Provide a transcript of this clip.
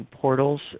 portals